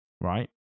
right